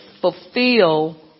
fulfill